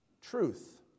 truth